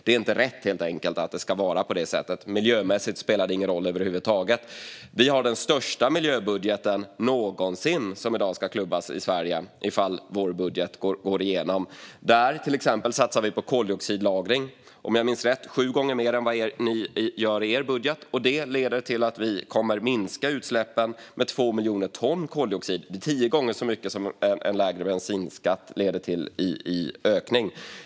Det är helt enkelt inte rätt att det ska vara på det sättet. Miljömässigt spelar det ingen roll över huvud taget. Om vår budget går igenom i dag är det den största miljöbudgeten som någonsin klubbats i Sverige. Vi satsar till exempel på koldioxidlagring, om jag minns rätt, sju gånger mer än vad ni gör i er budget. Det leder till att vi kommer att minska utsläppen med 2 miljoner ton koldioxid, tio gånger så mycket som en lägre bensinskatt leder till i ökning.